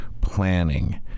planning